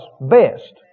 best